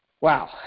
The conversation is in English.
wow